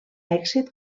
èxit